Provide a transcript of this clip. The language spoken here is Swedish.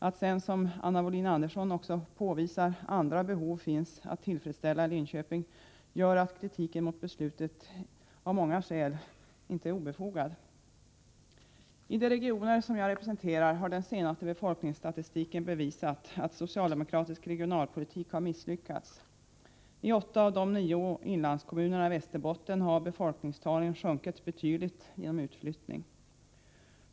Som Anna Wohlin-Andersson har gjort kan man också påvisa att det finns andra behov att tillfredsställa i Linköping. Detta gör att kritiken mot beslutet av många skäl är befogad. I de regioner som jag representerar har den senaste befolkningsstatistiken visat att den socialdemokratiska regionalpolitiken har misslyckats. I åtta av de nio inlandskommunerna i Västerbotten har befolkningstalen sjunkit betydligt genom utflyttning.